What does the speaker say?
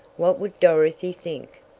what would dorothy think!